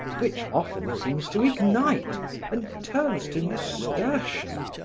which often seems to ignite and turns to nasturtium,